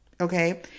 Okay